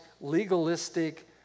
legalistic